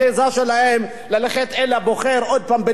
ללכת אל הבוחר עוד הפעם בדמגוגיה זולה,